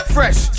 Fresh